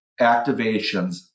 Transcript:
activations